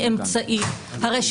אמרנו,